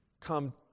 come